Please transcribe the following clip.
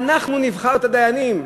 אנחנו נבחר את הדיינים,